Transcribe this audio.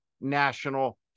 national